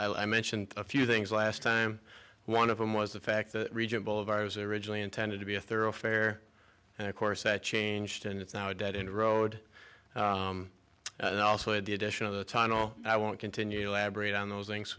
out i mentioned a few things last time one of them was the fact that regional of ours originally intended to be a thoroughfare and of course that changed and it's now a dead end road and also at the addition of the tunnel i want to continue elaborate on those things